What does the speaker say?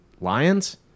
lions